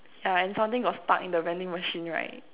yeah and something got stuck in the vending machine right